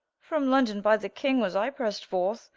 from london, by the king was i prest forth,